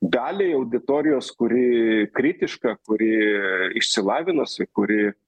gali auditorijos kuri kritiška kuri išsilavinus kuri